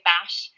Bash